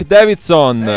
Davidson